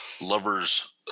lover's